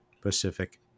Pacific